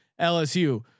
LSU